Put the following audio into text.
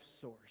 source